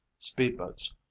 speedboats